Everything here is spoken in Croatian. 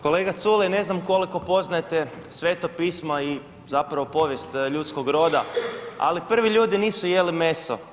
Kolega Culej, ne znam koliko poznajete Sveto pismo i zapravo povijest ljudskog roda, ali prvi ljudi nisu jeli meso.